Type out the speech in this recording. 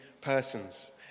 persons